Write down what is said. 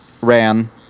ran